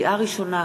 לקריאה ראשונה,